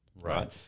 right